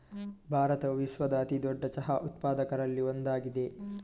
ಭಾರತವು ವಿಶ್ವದ ಅತಿ ದೊಡ್ಡ ಚಹಾ ಉತ್ಪಾದಕರಲ್ಲಿ ಒಂದಾಗಿದೆ